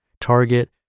Target